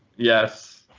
yes.